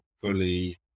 fully